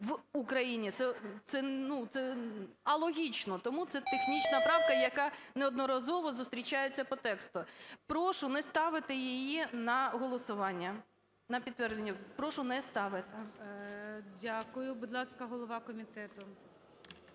в Україні, це… ну, це… алогічно. Тому це технічна правка, яка неодноразово зустрічається по тексту. Прошу не ставити її на голосування, на підтвердження. Прошу не ставити. ГОЛОВУЮЧИЙ. Дякую. Будь ласка, голова комітету.